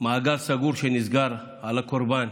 מעגל סגור שנסגר על הקורבן,